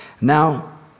Now